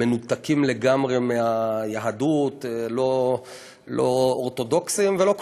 מנותקים לגמרי מהיהדות, לא אורתודוקסים ולא כלום,